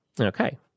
Okay